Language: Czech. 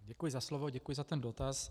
Děkuji za slovo, děkuji za dotaz.